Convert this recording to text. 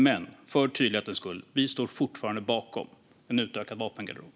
Men för tydlighetens skull: Vi står fortfarande bakom en utökad vapengarderob.